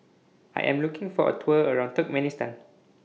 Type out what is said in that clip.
I Am looking For A Tour around Turkmenistan